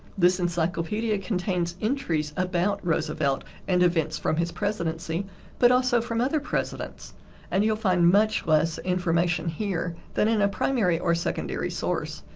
this encyclopedia contains entries about roosevelt and events from his presidency but also from other presidents and you'll find much less information here than in a primary or secondary source.